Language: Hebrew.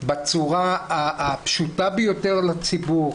בצורה הפשוטה ביותר לציבור.